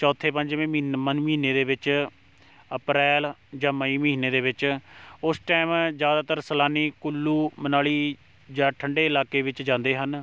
ਚੌਥੇ ਪੰਜਵੇਂ ਮਹੀਨ ਮਨ ਮਹੀਨੇ ਦੇ ਵਿੱਚ ਅਪ੍ਰੈਲ ਜਾਂ ਮਈ ਮਹੀਨੇ ਦੇ ਵਿੱਚ ਉਸ ਟਾਈਮ ਜ਼ਿਆਦਾਤਰ ਸੈਲਾਨੀ ਕੁੱਲੂ ਮਨਾਲੀ ਜਾਂ ਠੰਡੇ ਇਲਾਕੇ ਵਿੱਚ ਜਾਂਦੇ ਹਨ